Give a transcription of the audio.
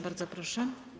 Bardzo proszę.